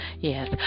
yes